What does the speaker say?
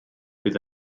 bydd